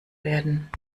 werden